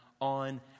on